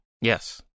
Yes